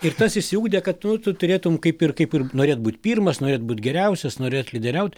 ir tas išsiugdė kad tu tu turėtum kaip ir kaip ir norėt būt pirmas norėt būti geriausias norėt lyderiaut